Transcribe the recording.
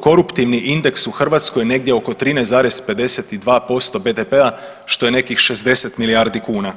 koruptivni indeks u Hrvatskoj negdje oko 13,52% BDP-a što je nekih 60 milijardi kuna.